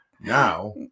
Now